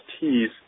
teas